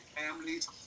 families